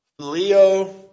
Leo